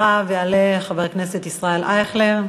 אחריו יעלה חבר הכנסת ישראל אייכלר.